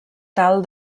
tal